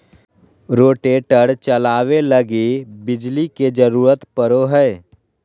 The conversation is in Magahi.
रोटेटर चलावे लगी बिजली के जरूरत पड़ो हय